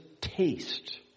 taste